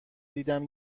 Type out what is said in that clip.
دیدم